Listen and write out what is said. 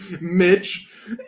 Mitch